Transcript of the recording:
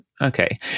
okay